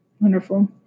Wonderful